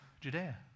judea